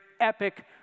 epic